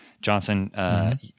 Johnson